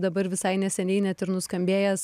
dabar visai neseniai net ir nuskambėjęs